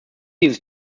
dieses